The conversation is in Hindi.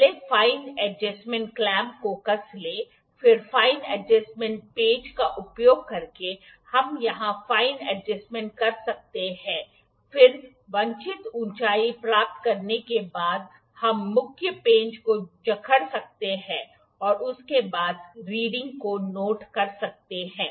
पहले फाइंन एडजेस्टमेंट क्लैंप को कस लें फिर फाइंन एडजेस्टमेंट पेंच का उपयोग करके हम यहां फाइंन एडजेस्टमेंट कर सकते हैं फिर वांछित ऊंचाई प्राप्त करने के बाद हम मुख्य पेंच को जकड़ सकते हैं और उसके बाद रीडिंग को नोट कर सकते हैं